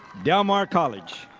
del mar college.